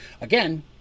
again